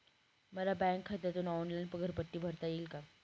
मला बँक खात्यातून ऑनलाइन घरपट्टी भरता येईल का?